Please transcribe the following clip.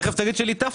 תיכף תגיד שליטפת אותו.